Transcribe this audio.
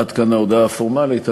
עד כאן ההודעה הפורמלית.